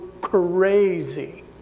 crazy